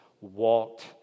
walked